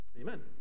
Amen